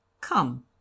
come